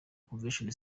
convention